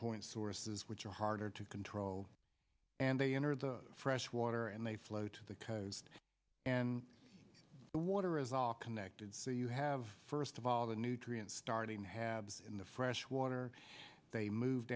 point sources which are harder to control and they enter the freshwater and they flow to the coast and the water is all connected so you have first of all the nutrients starting halves in the freshwater they move